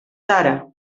tara